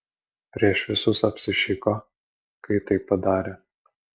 prieš visus apsišiko kai taip padarė